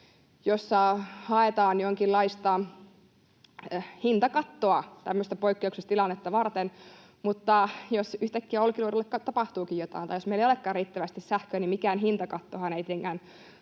jossa haetaan jonkinlaista hintakattoa tämmöistä poikkeuksellista tilannetta varten, mutta jos yhtäkkiä Olkiluodolle tapahtuukin jotain tai jos meillä ei olekaan riittävästi sähköä, niin mikään hintakattohan ei tietenkään